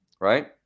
Right